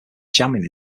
jamming